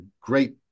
great